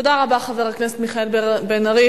תודה רבה, חבר הכנסת מיכאל בן-ארי.